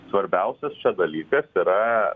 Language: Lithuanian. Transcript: svarbiausias dalykas yra